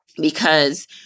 because-